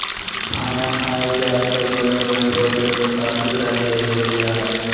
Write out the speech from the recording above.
खाना खाए जाए पर बड़े बड़े होटल में काफी कर ले लेवल जा हइ